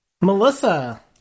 Melissa